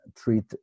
treat